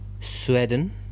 Sweden